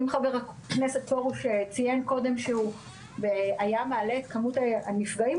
אם ח"כ פרוש ציין קודם שהוא היה מעלה את כמות הנפגעים,